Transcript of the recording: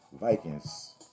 Vikings